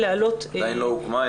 עדיין לא הוקמה.